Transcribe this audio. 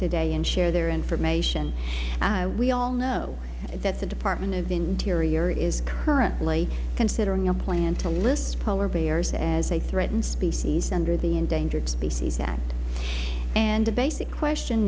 today and share their information we all know that the department of the interior is currently considering a plan to list polar bears as a threatened species under the endangered species act and a basic question